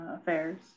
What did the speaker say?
affairs